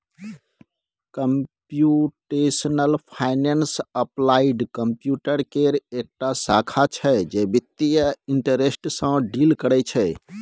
computational finance applied computer केर एकटा शाखा छै जे बित्तीय इंटरेस्ट सँ डील करय छै